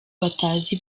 batazi